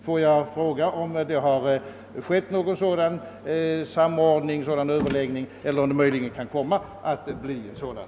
Får jag fråga om det har skett någon sådan samordning, någon sådan överläggning eller möjligen kan komma att bli en sådan?